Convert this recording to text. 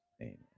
Amen